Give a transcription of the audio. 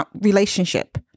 relationship